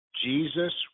Jesus